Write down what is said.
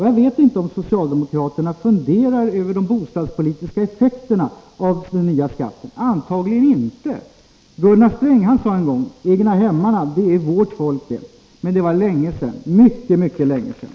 Jag vet inte om socialdemokraterna funderar över de bostadspolitiska effekterna av den nya skatten. Antagligen gör de inte det. Gunnar Sträng sade en gång: ”Egnahemmarna är vårt folk.” Men det var mycket länge sedan.